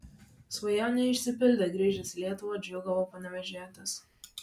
svajonė išsipildė grįžęs į lietuvą džiūgavo panevėžietis